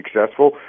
successful